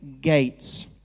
gates